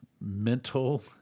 mental